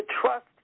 trust